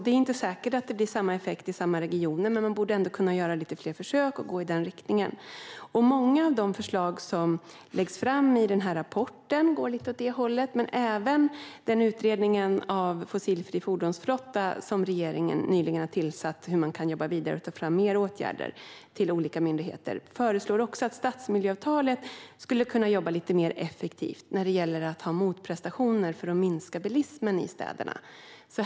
Det är inte säkert att det ger samma effekt i regionerna, men man borde kunna göra lite fler försök och gå i denna riktning. Många av de förslag som läggs fram i rapporten går åt detta håll. Även utredningen om en fossilfri fordonsflotta, som regeringen nyligen har tillsatt för att se hur man kan jobba vidare och ta fram fler åtgärder till olika myndigheter, föreslår att stadsmiljöavtalen kan jobba mer effektivt vad gäller att ha motprestationer för att minska bilismen i städerna.